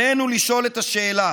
עלינו לשאול את השאלה